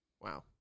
Wow